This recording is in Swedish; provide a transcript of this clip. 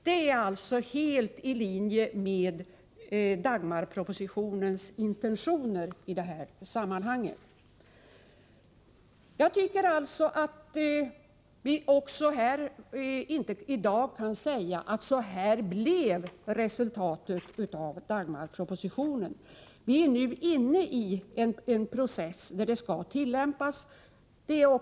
Detta är helt i linje med Dagmarpropositionens intentioner. Jag tycker inte att vi i dag kan säga att så här blev resultatet av Dagmarpropositionen. Vi är nu inne i en process där lagstiftningen skall tillämpas.